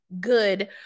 good